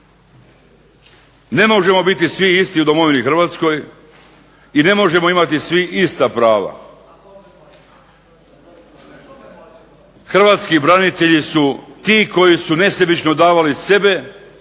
Ne možemo svi biti isti u domovini Hrvatskoj i ne možemo svi imati ista prava. Hrvatski branitelji su ti koji su nesebično davali sebe